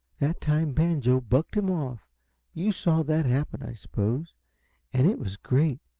that time banjo bucked him off you saw that happen, i suppose and it was great!